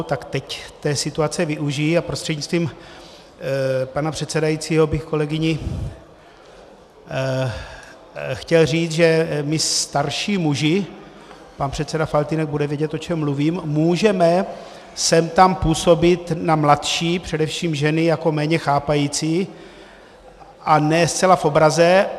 Tak teď té situace využiji a prostřednictvím pana předsedajícího bych kolegyni chtěl říct, že my starší muži pan předseda Faltýnek bude vědět, o čem mluvím můžeme sem tam působit na mladší, především ženy, jako méně chápající a ne zcela v obraze.